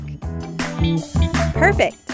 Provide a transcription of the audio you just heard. perfect